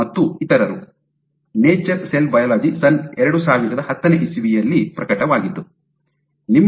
ಮತ್ತು ಇತರರು Nature Cell Biology ಎರಡುಸಾವಿರದ ಹತ್ತನೇ ಇಸವಿಯಲ್ಲಿ ಪ್ರಕಟವಾಗಿರುತ್ತದೆ